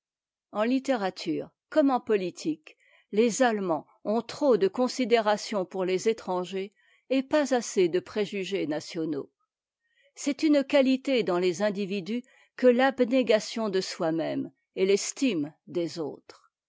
en tittérature comme en politique les allemands ont trop de considération pour les étrangers et pas assez de préjugés nationaux c'est une qualité dans les individus que l'abnégation de soi-même et l'estime des autres